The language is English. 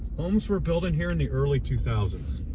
homes were built in here in the early two thousand s.